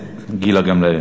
הכנסת גילה גמליאל.